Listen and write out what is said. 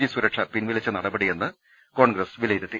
G സുരക്ഷ പിൻവലിച്ച നടപടിയെന്ന് കോൺഗ്രസ് വിലയിരുത്തി